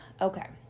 Okay